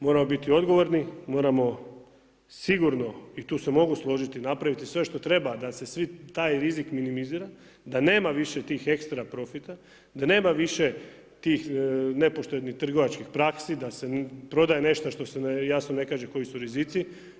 Moramo biti odgovorni, moramo sigurno i tu se mogu složiti napravit sve što treba da se svi, taj rizik minimizira, da nema više tih ekstra profita, da nema više tih nepoštenih trgovačkih praksi, da se prodaje nešto što se jasno ne kaže koji su rizici.